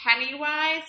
Pennywise